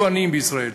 יהיו עניים בישראל.